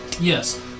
Yes